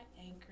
anchor